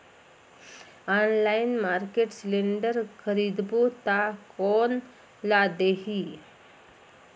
Online market cylinder खरीदबो ता कोन ला देही?